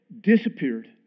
disappeared